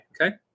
okay